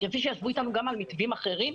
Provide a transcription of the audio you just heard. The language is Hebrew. כפי שישבו איתנו גם על מתווים אחרים,